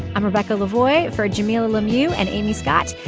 i'm rebecca lavoy for jamilah lemieux and amy scott.